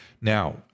Now